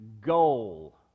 goal